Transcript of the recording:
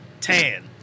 tan